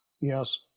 Yes